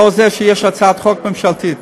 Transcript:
לאור זה שיש הצעת חוק ממשלתית.